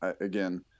again